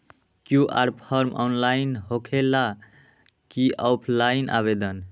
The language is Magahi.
कियु.आर फॉर्म ऑनलाइन होकेला कि ऑफ़ लाइन आवेदन?